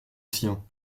sien